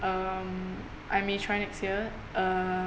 um I may try next year uh